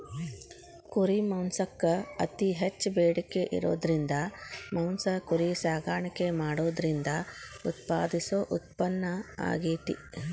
ಕುರಿ ಮಾಂಸಕ್ಕ್ ಅತಿ ಹೆಚ್ಚ್ ಬೇಡಿಕೆ ಇರೋದ್ರಿಂದ ಮಾಂಸ ಕುರಿ ಸಾಕಾಣಿಕೆ ಮಾಡೋದ್ರಿಂದ ಉತ್ಪಾದಿಸೋ ಉತ್ಪನ್ನ ಆಗೇತಿ